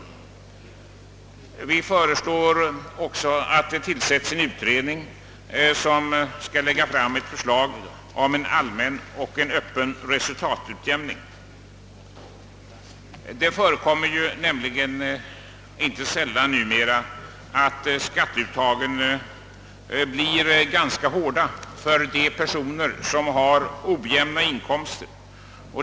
Dessutom föreslår vi att det tillsättes en utredning, som skall lägga fram förslag om en allmän öppen resultatutjämning. Det förekommer nämligen inte sällan numera, att skatteuttagen blir ganska hårda för personer som har ojämna inkomster.